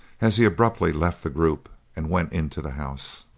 as he abruptly left the group and went into the house.